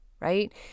right